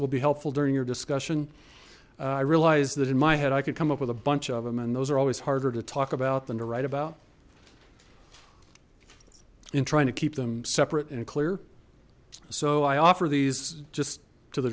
will be helpful during your discussion i realized that in my head i could come up with a bunch of them and those are always harder to talk about than to write about in trying to keep them separate and clear so i offer these just to the